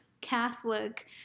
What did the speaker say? Catholic